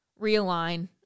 realign